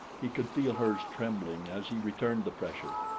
he could feel hers trembling as he returned the pressure,